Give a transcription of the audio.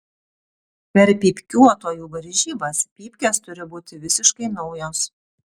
per pypkiuotojų varžybas pypkės turi būti visiškai naujos